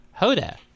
Hoda